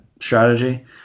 strategy